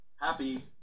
happy